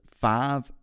five